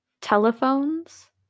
telephones